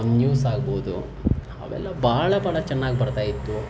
news ಆಗ್ಬೋದು ಅವೆಲ್ಲ ಭಾಳ ಭಾಳ ಚೆನ್ನಾಗಿ ಬರ್ತಾ ಇತ್ತು